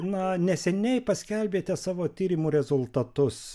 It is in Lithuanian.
na neseniai paskelbėte savo tyrimų rezultatus